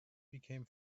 became